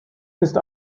ist